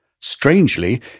Strangely